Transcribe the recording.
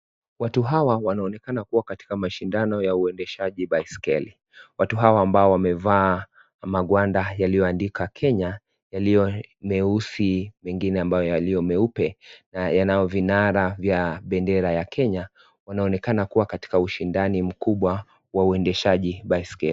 Watu hawa wanaonekana kuwa katika mashindano ya uendeshaji baiskeli. Watu hawa ambao wamevaa magwanda yaliyoandikwa Kenya yaliyo meusi mengine yaliyo meupe na yanayo vinara vya bendera ya Kenya wanaonekana kuwa katika ushindani mkubwa wa uendeshaji baiskeli.